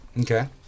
Okay